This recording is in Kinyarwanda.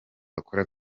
bakora